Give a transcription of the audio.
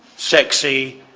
sexy,